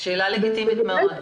שאלה לגיטימית מאוד.